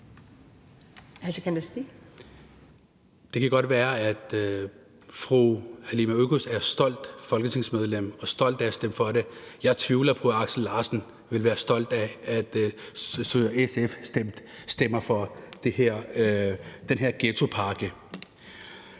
Det kan godt være, at fru Halime Oguz er et stolt folketingsmedlem og er stolt af at have stemt for aftalen. Jeg tvivler på, at Aksel Larsen ville være stolt af, at SF stemmer for den her ghettopakke.